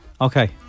Okay